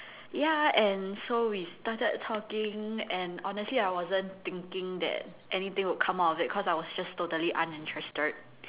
ya and so we started talking and honestly I wasn't thinking that anything will come out of it cause I was just totally uninterested